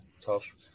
tough